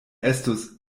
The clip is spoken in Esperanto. estus